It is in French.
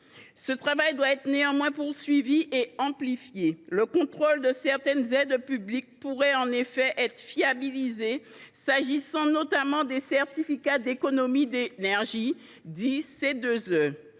Le travail doit être néanmoins poursuivi et amplifié. Le contrôle de certaines aides publiques pourrait en effet être amélioré, notamment celui des certificats d’économies d’énergie. Dans un